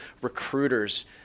recruiters